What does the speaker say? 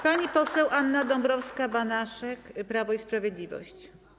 Pani poseł Anna Dąbrowska-Banaszek, Prawo i Sprawiedliwość.